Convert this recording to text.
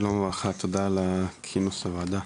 שלום וברכה, תודה על כינוס הוועדה.